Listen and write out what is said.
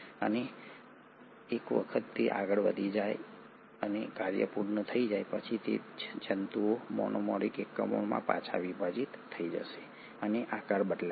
અને એક વખત તે આગળ વધી જાય અને કાર્ય પૂર્ણ થઈ જાય પછી તે જ તંતુઓ મોનોમેરિક એકમોમાં પાછા વિભાજિત થઈ જશે અને આકાર બદલાશે